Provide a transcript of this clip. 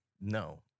no